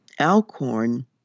Alcorn